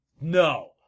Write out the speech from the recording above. No